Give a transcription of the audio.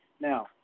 Now